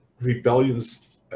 rebellions